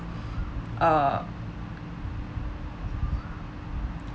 uh